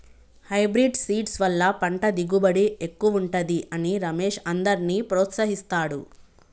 hybrid seeds వల్ల పంట దిగుబడి ఎక్కువుంటది అని రమేష్ అందర్నీ ప్రోత్సహిస్తాడు